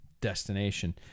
destination